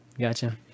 Gotcha